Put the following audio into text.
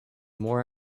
more